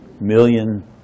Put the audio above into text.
million